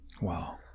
Wow